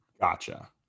gotcha